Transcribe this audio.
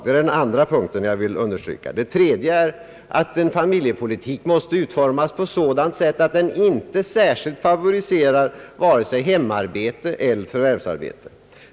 Det tredje som jag — liksom reservanterna — vill understryka är att en familjepolitik måste utformas på sådant sätt att den inte särskilt favoriserar vare sig hemarbete eller förvärvsarbete.